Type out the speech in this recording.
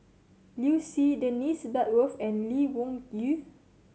Liu Si Dennis Bloodworth and Lee Wung Yew